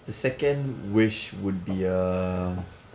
the second wish would be um